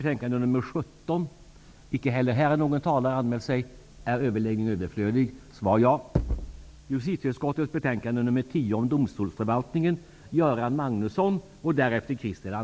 Det enda vi i kds har gjort vad gäller värdegrunden är att ställa upp på regeringens proposition.